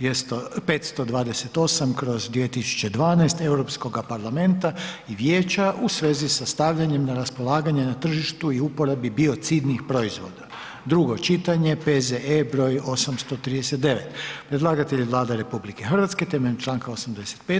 528/2012 Europskog parlamenta i Vijeća u svezi sa stavljanjem na raspolaganje na tržištu i uporabi biocidnih proizvoda, drugo čitanje, P.Z.E br. 839 Predlagatelj je Vlada RH temeljem čl. 85.